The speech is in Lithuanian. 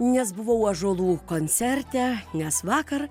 nes buvau ąžuolų koncerte nes vakar